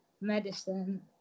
medicine